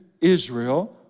Israel